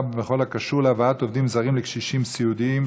בכל הקשור להבאת עובדים זרים לקשישים סיעודיים,